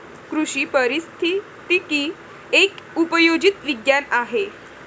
कृषी पारिस्थितिकी एक उपयोजित विज्ञान आहे